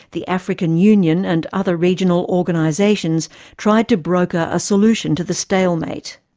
the african union and other regional organisations tried to broker a solution to the stalemate.